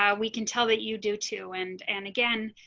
ah we can tell that you do too. and, and, again,